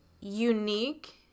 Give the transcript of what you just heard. unique